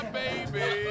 baby